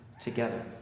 together